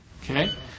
Okay